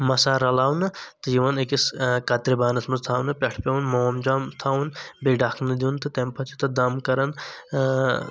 مسالہٕ رلاونہٕ تہٕ یِوان أکِس کترِ بانس منٛز تھاونہٕ پٮ۪ٹھہٕ پٮ۪وان مومجام تھاوُن بیٚیہِ ڈکھنہٕ دیُن تہٕ تٔمہِ پتہٕ چھ تَتھ دم کران